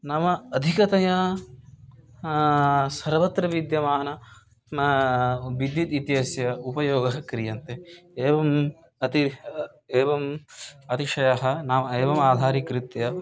नाम अधिकतया सर्वत्र विद्यमान विद्युत् इत्यस्य उपयोगः क्रियते एवम् अति एवम् अतिशयः नाम एवम् आधारीकृत्य